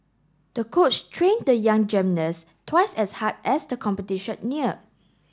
the coach trained the young gymnast twice as hard as the competition neared